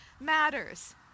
matters